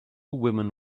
women